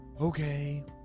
Okay